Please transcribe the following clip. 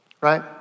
right